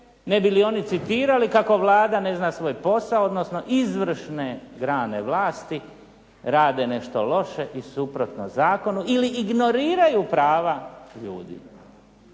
ne bi li oni citirali kako Vlada ne zna svoj posao odnosno izvršne grane vlasti rade nešto loše i suprotno zakonu ili ignoriraju prava ljudi,